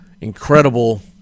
Incredible